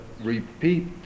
repeat